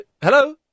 Hello